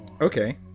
okay